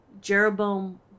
Jeroboam